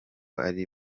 ari